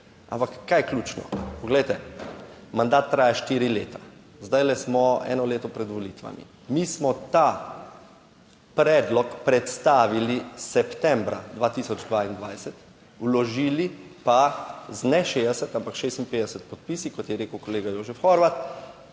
ampak kaj je ključno? Poglejte. Mandat traja štiri leta, zdaj smo eno leto pred volitvami. Mi smo ta predlog predstavili septembra 2022, vložili pa z ne 60, ampak 56 podpisi, kot je rekel kolega Jožef Horvat,